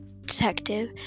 detective